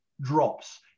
drops